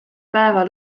päeva